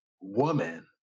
woman